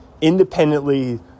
independently